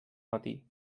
matí